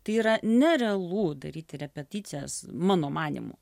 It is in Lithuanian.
tai yra nerealu daryti repeticijas mano manymu